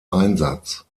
einsatz